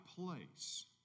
place